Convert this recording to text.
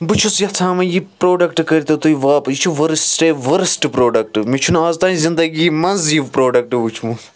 بہٕ چھُس یژھان وۄنۍ یہِ پروڈَکٹ کٔر تو تُہۍ واپَس یہِ چھُ ؤرٕسٹ ؤرٕسٹ پروڈَکٹ مےٚ چھُنہٕ اَز تانۍ زِنٛدگِی منٛز یہِ پرُوڈَکٹ وُچھمُت